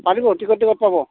পাৰিব টিকট পাব